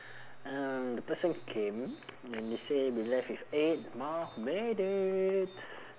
um the person came and they say we left with eight more minutes